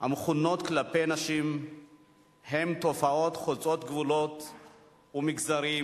המכוונות כלפי נשים הן תופעות חוצות גבולות ומגזרים.